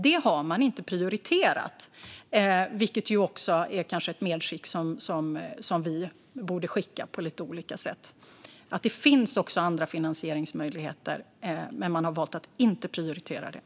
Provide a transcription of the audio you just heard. Det har man inte prioriterat, vilket är ett medskick vi kanske borde göra på lite olika sätt. Det finns alltså andra finansieringsmöjligheter, men man har valt att inte prioritera dem.